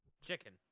chicken